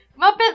Muppet